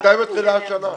מתי מתחילה השנה?